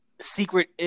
secret